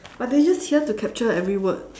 but they use here to capture every word